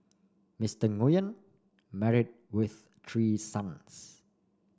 Mister Nguyen married with three sons